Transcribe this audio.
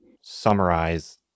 summarize